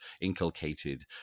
inculcated